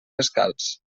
descalç